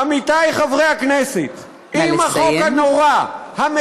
עמיתי חברי הכנסת, אם החוק הנורא, נא לסיים.